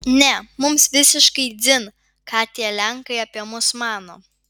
ne mums visiškai dzin ką tie lenkai apie mus mano